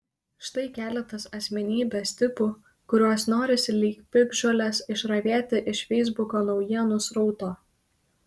štai keletas asmenybės tipų kuriuos norisi lyg piktžoles išravėti iš feisbuko naujienų srauto